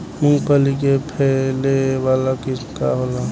मूँगफली के फैले वाला किस्म का होला?